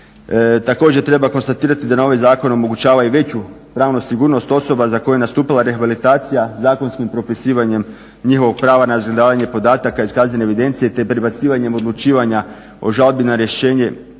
Također treba konstatirati da novi zakon omogućava i veću pravnu sigurnost osoba za koju je nastupila rehabilitacija zakonskim propisivanjem njihovog prava na zadržavanje podataka iz kaznene evidencije te prebacivanjem odlučivanja o žalbi na rješenje